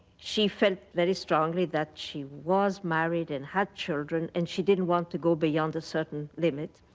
she felt very strongly that she was married and had children, and she didn't want to go beyond a certain limit.